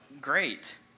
great